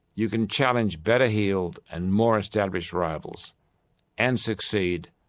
you can challenge better-heeled and more established rivals and succeed.